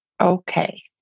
okay